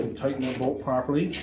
tighten that bolt properly.